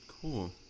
cool